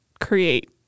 create